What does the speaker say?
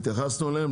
התייחסנו אליהם,